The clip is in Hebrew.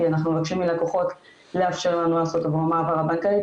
אנחנו מבקשים מלקוחות לאפשר לנו לעשות עבורם העברה בנקאית,